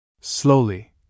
Slowly